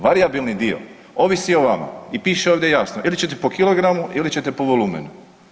Varijabilni dio ovisi o vama i piše ovdje jasno ili ćete po kilogramu ili ćete po volumenu.